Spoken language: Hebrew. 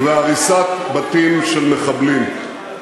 ובהריסת בתים של מחבלים.